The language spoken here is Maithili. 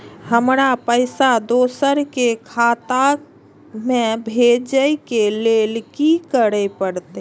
हमरा पैसा दोसर के खाता में भेजे के लेल की करे परते?